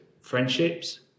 friendships